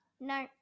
No